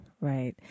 Right